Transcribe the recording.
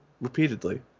repeatedly